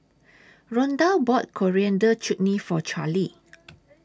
Rondal bought Coriander Chutney For Carley